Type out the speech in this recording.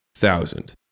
thousand